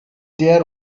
diğer